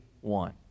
one